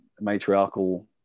matriarchal